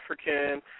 African